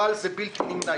אבל זה בלתי נמנע.